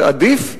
ועדיף,